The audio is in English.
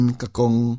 kakong